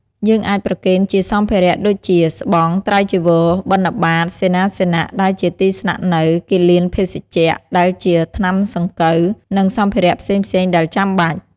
យើងអាចប្រគេនជាសម្ភារៈដូចជា ស្បង់ ត្រៃចីវរ បិណ្ឌបាត សេនាសនៈ ដែលជា ទីស្នាក់នៅ គិលានភេសជ្ជៈ ដែលជា ថ្នាំសង្កូវ និងសម្ភារៈផ្សេងៗដែលចាំបាច់។